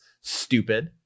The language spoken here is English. Stupid